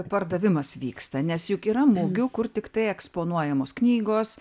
pardavimas vyksta nes juk yra mugių kur tiktai eksponuojamos knygos